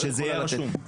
שיהיה רשום.